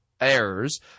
errors